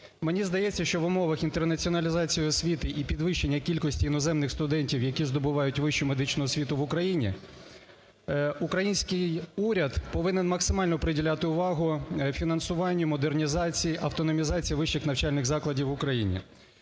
Мені здається, що в умовах інтернаціоналізації і освіти і підвищення кількості іноземних студентів, які здобувають вищу медичну освіту в Україні, український уряд повинен максимально приділяти увагу фінансуванню, модернізації, автономізації вищих навчальних закладів в Україні.